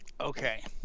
okay